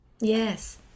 Yes